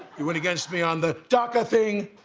it when he gets me on the dock ah thing.